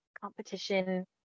competition